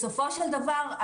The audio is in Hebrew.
בסופו של דבר,